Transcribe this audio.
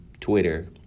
twitter